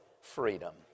freedom